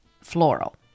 floral